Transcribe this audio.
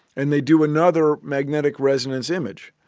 and they do another magnetic resonance image,